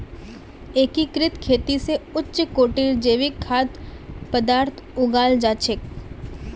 एकीकृत खेती स उच्च कोटिर जैविक खाद्य पद्दार्थ उगाल जा छेक